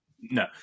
No